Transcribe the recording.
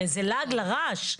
הרי זה לעג לרש.